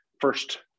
first